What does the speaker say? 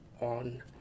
on